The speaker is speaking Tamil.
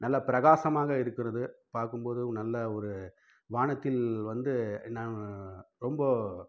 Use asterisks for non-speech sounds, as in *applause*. நல்ல பிரகாசமாக இருக்கிறது பார்க்கும்போது நல்ல ஒரு வானத்தில் வந்து *unintelligible* ரொம்ப